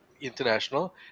international